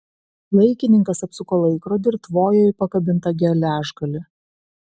laikininkas apsuko laikrodį ir tvojo į pakabintą geležgalį